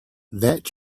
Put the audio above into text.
that